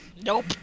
nope